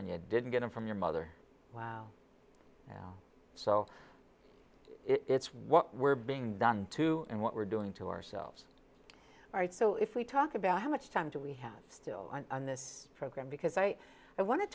and you didn't get it from your mother wow so it's what we're being done to and what we're doing to ourselves all right so if we talk about how much time do we have still on this program because i want to